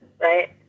right